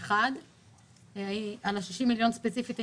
על ה-60 מיליון ספציפית,